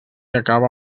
acaba